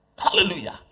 Hallelujah